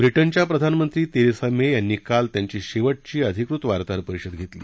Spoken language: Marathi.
ब्रिटनच्या प्रधानमंत्री तेरेसा मे यांनी काल त्यांची शेवटची अधिकृत वार्ताहर परिषद घेतली